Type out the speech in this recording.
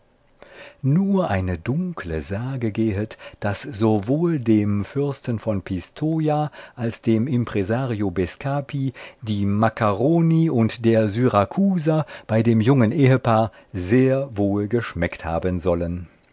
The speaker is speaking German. nur eine dunkle sage gehet daß sowohl dem fürsten von pistoja als dem impresario bescapi die makkaroni und der syrakuser bei dem jungen ehepaar sehr wohl geschmeckt haben sollen